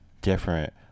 different